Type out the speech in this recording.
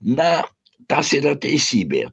na tas yra teisybė